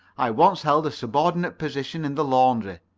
i once held a subordinate position in the laundry,